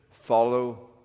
Follow